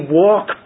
walk